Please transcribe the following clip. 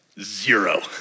Zero